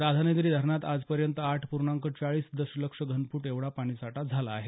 राधानगरी धरणात आज पर्यंत आठ पूर्णांक चाळीस दशलक्ष घनफूट एवढा पाणीसाठा झाला आहे